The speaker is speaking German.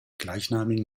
gleichnamigen